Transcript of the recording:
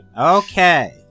Okay